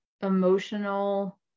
emotional